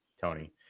Tony